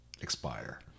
expire